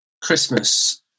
Christmas